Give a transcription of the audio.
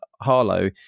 Harlow